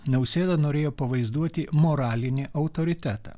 nausėda norėjo pavaizduoti moralinį autoritetą